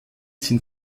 sind